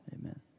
Amen